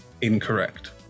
incorrect